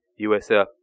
USF